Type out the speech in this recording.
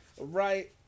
Right